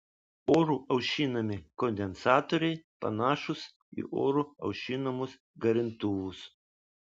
oru aušinami kondensatoriai panašūs į oru aušinamus garintuvus